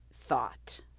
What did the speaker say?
thought